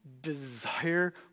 desire